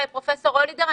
פרופ' רולידר,